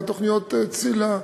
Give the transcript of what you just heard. תוכניות ציל"ה,